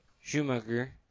Schumacher